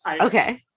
Okay